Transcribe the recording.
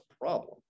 problem